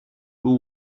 two